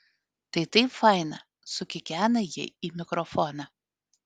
tai taip faina sukikena ji į mikrofoną